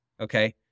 Okay